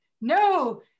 no